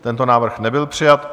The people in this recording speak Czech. Tento návrh nebyl přijat.